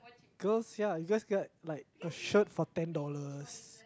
girls yeah you guys get like a shirt for ten dollars